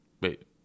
Wait